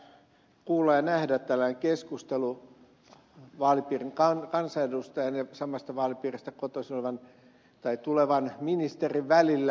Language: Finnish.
on virkistävää kuulla ja nähdä tällainen keskustelu vaalipiirin kansanedustajan ja samasta vaalipiiristä tulevan ministerin välillä